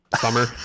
Summer